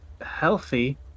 healthy